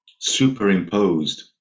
superimposed